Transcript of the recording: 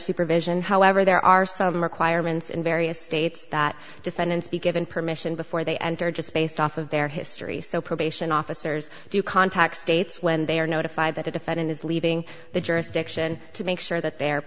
supervision however there are some requirements in various states that defendants be given permission before they enter just based off of their history so probation officers do you contact states when they are notified that a defendant is leaving the jurisdiction to make sure th